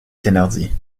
thénardier